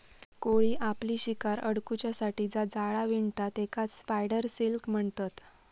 कोळी आपली शिकार अडकुच्यासाठी जा जाळा विणता तेकाच स्पायडर सिल्क म्हणतत